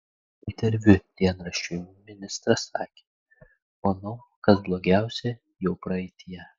interviu dienraščiui ministras sakė manau kad blogiausia jau praeityje